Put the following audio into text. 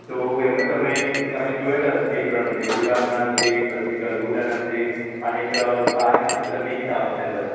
તો એમાં તમે તમે જોયા તો હશે બે ત્રણ જગ્યાએ ગુલાબનાં છે પછી ગલગોટાનાં છે અને એક બારે માસ છે બધા મિક્સ આવે છે અંદર